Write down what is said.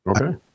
Okay